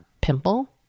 pimple